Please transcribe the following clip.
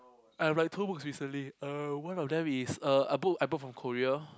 I read two books recently uh one of them is a a book I bought from Korea